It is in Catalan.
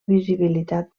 visibilitat